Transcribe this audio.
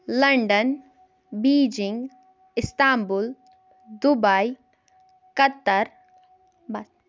London Beijing Istanbul Dubai Qatar bus